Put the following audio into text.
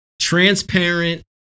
Transparent